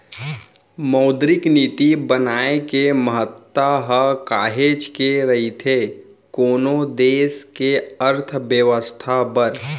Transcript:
मौद्रिक नीति बनाए के महत्ता ह काहेच के रहिथे कोनो देस के अर्थबेवस्था बर